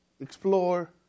explore